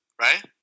right